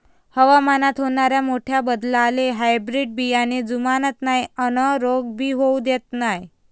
हवामानात होनाऱ्या मोठ्या बदलाले हायब्रीड बियाने जुमानत नाय अन रोग भी होऊ देत नाय